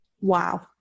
Wow